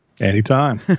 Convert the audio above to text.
Anytime